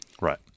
right